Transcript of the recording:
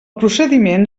procediment